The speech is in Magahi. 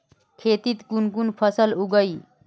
खेतीत कुन कुन फसल उगेई?